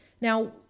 Now